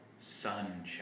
Sunshine